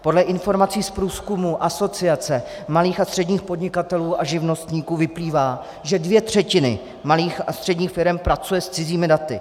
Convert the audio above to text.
Podle informací z průzkumu Asociace malých a středních podnikatelů a živnostníků vyplývá, že dvě třetiny malých a středních firem pracují s cizími daty.